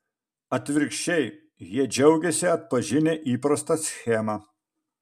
atvirkščiai jie džiaugiasi atpažinę įprastą schemą